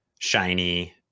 Shiny